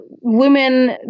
women